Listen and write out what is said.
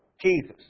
Jesus